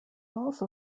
also